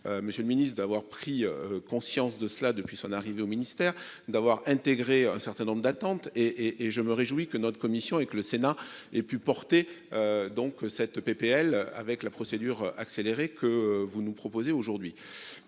Monsieur le Ministre d'avoir pris conscience de cela. Depuis son arrivée au ministère d'avoir intégré un certain nombre d'attentes et et et je me réjouis que notre commission et que le Sénat et puis porter. Donc cette PPL avec la procédure accélérée, que vous nous proposez aujourd'hui.